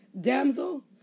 damsel